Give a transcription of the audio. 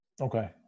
Okay